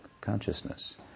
consciousness